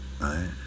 right